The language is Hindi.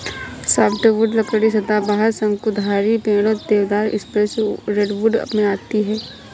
सॉफ्टवुड लकड़ी सदाबहार, शंकुधारी पेड़ों, देवदार, स्प्रूस, रेडवुड से आती है